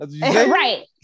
Right